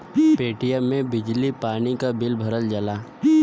Paytm से बिजली पानी क बिल भरल जाला